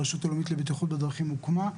הרשות הלאומית לבטיחות בדרכים הוקמה,